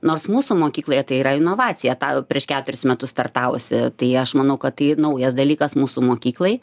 nors mūsų mokykloje tai yra inovacija tą prieš keturis metus startavusi tai aš manau kad tai naujas dalykas mūsų mokyklai